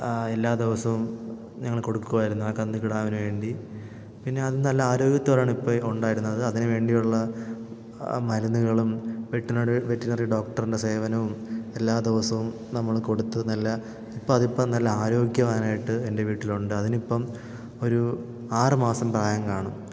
എല്ലാ ദിവസവും ഞങ്ങൾ കൊടുക്കുമായിരുന്നു ആ കന്നു കിടാവിന് വേണ്ടി പിന്നെ അത് നല്ല ആരോഗ്യത്തോടെയാണ് ഇപ്പോൾ ഈ ഉണ്ടായിരുന്നത് അതിന് വേണ്ടിയുള്ള മരുന്നുകളും വെറ്റിനറി വെറ്റിനറി ഡോക്ടറിൻ്റെ സേവനവും എല്ലാ ദിവസവും നമ്മൾ കൊടുത്ത് നല്ല ഇപ്പോൾ അതിപ്പോൾ നല്ല ആരോഗ്യവാനായിട്ട് എൻ്റെ വീട്ടിലുണ്ട് അതിനിപ്പം ഒരു ആറു മാസം പ്രായം കാണും